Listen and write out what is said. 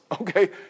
okay